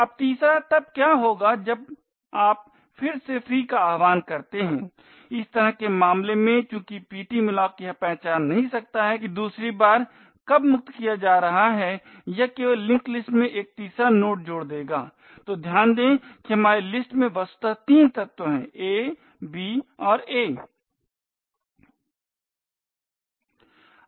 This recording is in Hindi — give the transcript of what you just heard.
अब तीसरा तब क्या होगा जब आप फिर से free का आह्वान करते हैं इस तरह के मामले में चूँकि ptmalloc यह पहचान नहीं सकता है कि दूसरी बार कब मुक्त किया जा रहा है यह केवल लिस्ट में एक तीसरा नोड जोड़ देगा तो ध्यान दें कि हमारी लिंक लिस्ट में वस्तुतः तीन तत्व हैं a b और a